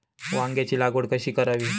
वांग्यांची लागवड कशी करावी?